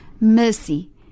mercy